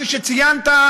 שכפי שציינת,